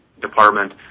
department